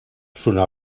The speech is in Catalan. sonar